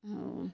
ହଉ